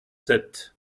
sept